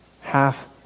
half